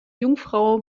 jungfrau